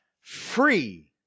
free